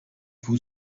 vous